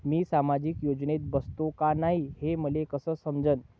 मी सामाजिक योजनेत बसतो का नाय, हे मले कस समजन?